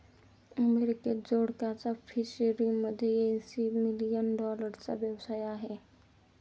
अमेरिकेत जोडकचा फिशरीमध्ये ऐंशी मिलियन डॉलरचा व्यवसाय आहे